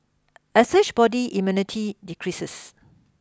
as such body immunity decreases